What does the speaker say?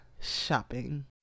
shopping